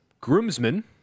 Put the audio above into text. groomsmen